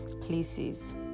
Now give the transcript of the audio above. places